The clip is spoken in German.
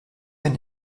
eine